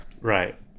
right